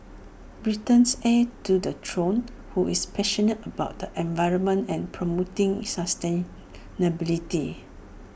Britain's heir to the throne who is passionate about the environment and promoting sustainability